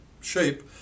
shape